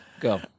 Go